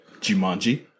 Jumanji